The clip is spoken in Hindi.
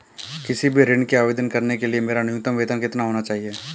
किसी भी ऋण के आवेदन करने के लिए मेरा न्यूनतम वेतन कितना होना चाहिए?